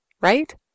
Right